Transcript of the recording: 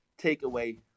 takeaway